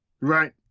Right